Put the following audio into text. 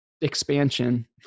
expansion